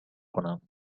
کنم